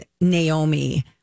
Naomi